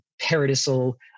paradisal